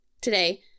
Today